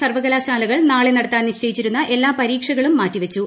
സർവകലാശാലകൾ നാളെ നടത്താൻ നിശ്ചയിച്ചിരുന്ന എല്ലാ പരീക്ഷകളും മാറ്റിവച്ചു